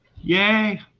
Yay